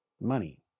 money